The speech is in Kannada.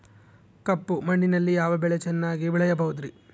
ಕಪ್ಪು ಮಣ್ಣಿನಲ್ಲಿ ಯಾವ ಬೆಳೆ ಚೆನ್ನಾಗಿ ಬೆಳೆಯಬಹುದ್ರಿ?